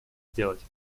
сделать